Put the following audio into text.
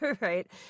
right